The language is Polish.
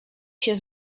się